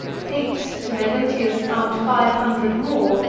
hate to mezentius arm'd five hundred more,